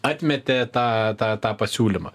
atmetė tą tą tą pasiūlymą